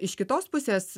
iš kitos pusės